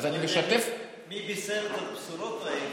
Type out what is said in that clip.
אני לא יודע מי בישר את הבשורות האלה,